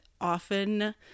often